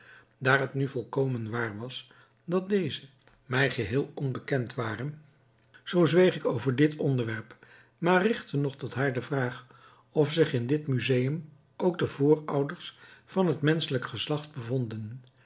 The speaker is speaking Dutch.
daar het nu volkomen waar was dat deze mij geheel onbekend waren zoo zweeg ik over dit onderwerp maar richtte nog tot haar de vraag of zich in dit museum ook de voorouders van het menschelijk geslacht bevonden